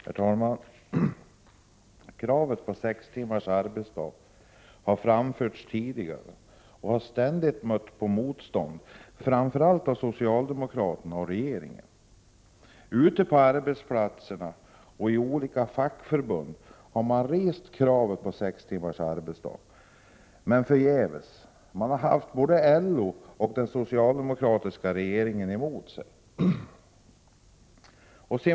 Herr talman! Kravet på sex timmars arbetsdag har framförts tidigare och har ständigt mött motstånd, framför allt från socialdemokraterna och regeringen. Ute på arbetsplatserna och i olika fackförbund har kravet på sex timmars arbetsdag rests, men förgäves — både LO och den socialdemokratiska regeringen har gått emot detta krav.